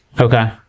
Okay